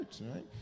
right